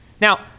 Now